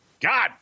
God